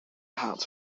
haat